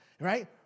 Right